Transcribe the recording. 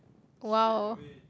!wow!